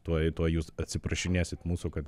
tuoj tuoj jūs atsiprašinėsit mūsų kad